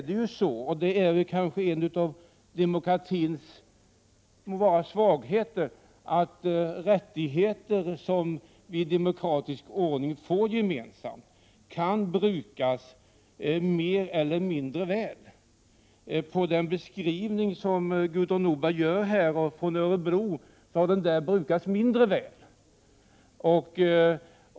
Det är kanske en av demokratins svagheter att rättigheter som vi i demokratisk ordning får gemensamt kan brukas mer eller mindre väl. I den beskrivning som Gudrun Norberg gör från Örebro, framgår att det hela där har brukats mindre väl.